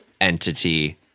entity